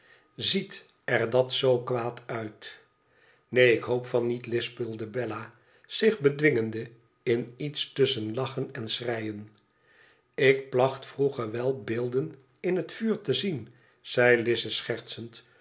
ziet er dat zoo kwaad uit neen ik hoop van niet lispelde bella zich bedwingende in iets tusschen lachen en schreien ik placht vroeger wel beelden in het vuur te zien zei lize schertsend